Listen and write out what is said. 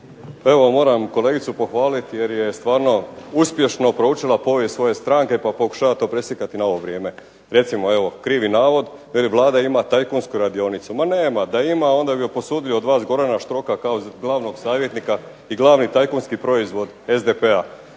Evo moram kolegicu pohvalit jer je stvarno uspješno proučila povijest svoje stranke pa pokušava to preslikati na ovo vrijeme. Recimo evo, krivi navod da Vlada ima tajkunsku radionicu. Ma nema, da ima onda bi posudio od vas Gorana Štroka kao glavnog savjetnika i glavni tajkunski proizvod SDP-a.